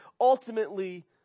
ultimately